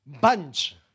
bunch